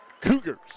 Cougars